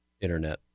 internet